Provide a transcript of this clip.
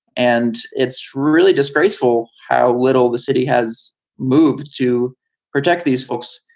and it's really disgraceful how little the city has moved to protect these folks,